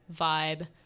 vibe